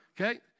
Okay